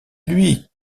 lui